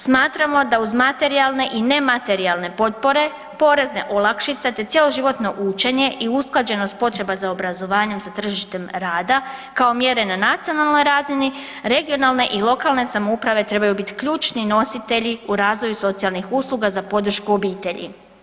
Smatramo da uz materijalne i nematerijalne potpore, porezne olakšice te cjeloživotno učenje i usklađenost potreba za obrazovanjem sa tržištem rada, kao mjere na nacionalnoj razini, regionalne i lokalne samouprave trebaju biti ključni nositelji u razvoju socijalnih usluga za podršku obitelji.